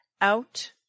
out